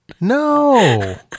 No